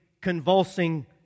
convulsing